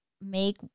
make